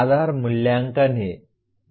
आधार मूल्यांकन है